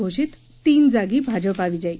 घोषित तीन जागी भाजपा विजयी